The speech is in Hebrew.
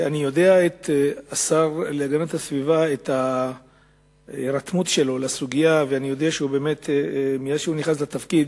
אני יודע שהשר להגנת הסביבה נרתם לסוגיה ושמאז שהוא נכנס לתפקיד